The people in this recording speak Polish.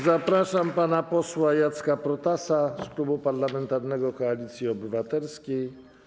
Zapraszam do głosu pana posła Jacka Protasa z Klubu Parlamentarnego Koalicja Obywatelska.